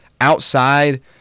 outside